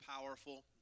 powerful